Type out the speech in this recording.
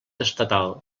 estatal